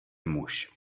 muž